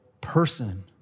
person